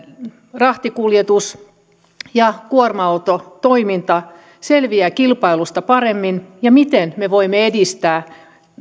rahtikuljetus ja kuorma autotoiminta selviävät kilpailusta paremmin ja miten me voimme edistää